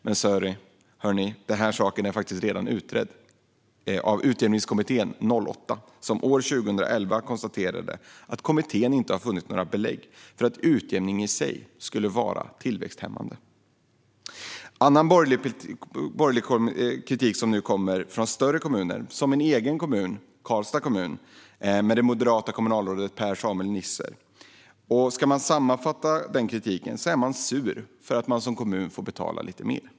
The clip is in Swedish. Men den saken har redan utretts av Utjämningskommittén.08, som 2011 konstaterade att man inte funnit några belägg för att utjämningen i sig skulle vara tillväxthämmande. Annan borgerlig kritik kommer nu från större kommuner som min egen, Karlstads kommun, med det moderata kommunalrådet Per-Samuel Nisser. För att sammanfatta kritiken är man sur för att man som kommun får betala lite mer.